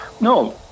No